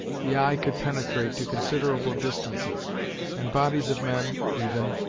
the eye could penetrate to considerable distances and bodies of men, even,